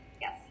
Yes